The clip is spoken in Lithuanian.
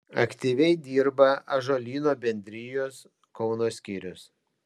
aktyviai dirba ąžuolyno bendrijos kauno skyrius